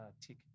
tick